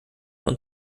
und